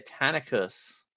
Titanicus